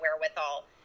wherewithal